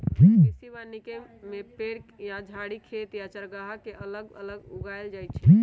कृषि वानिकी में पेड़ या झाड़ी खेत या चारागाह के अगल बगल उगाएल जाई छई